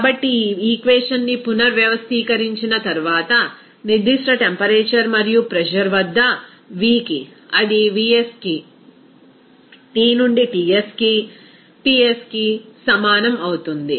కాబట్టి ఈ ఈక్వేషన్ ని పునర్వ్యవస్థీకరించిన తర్వాత నిర్దిష్ట టెంపరేచర్ మరియు ప్రెజర్ వద్ద Vకి అది Vsకి T నుండి Tsకి Psకి Psకి సమానం అవుతుంది